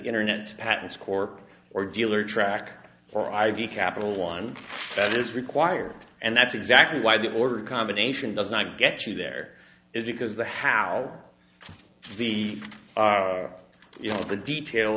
internet patents corp or dealer track or i v capital one that is required and that's exactly why the order combination does not get you there is because the how the you know the detail